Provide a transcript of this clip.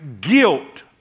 guilt